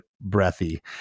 breathy